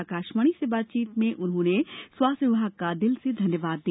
आकाशवाणी से बातचीत में उन्होंने कहा कि स्वास्थ विभाग का दिल से धन्यवाद दिया